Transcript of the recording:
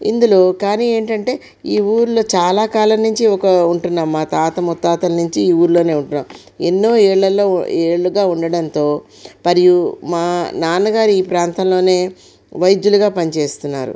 ఇందులో కానీ ఏంటంటే ఈ ఊరిలో చాలా కాలం నుంచి ఒక ఉంటున్న మా తాత ముత్తాతల నుంచి ఈ ఊరిలోనే ఉంటున్నాము ఎన్నో ఏళలో ఏళ్ళుగా ఉండటంతో మరియు మా నాన్న గారు ఈ ప్రాంతంలోనే వైద్యులుగా పని చేస్తున్నారు